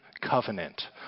covenant